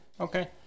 okay